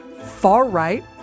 far-right